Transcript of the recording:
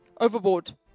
Overboard